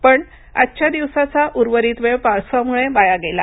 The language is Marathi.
पण आजचादिवसाच्या उर्वरित वेळ पावसामुळं वाया गेला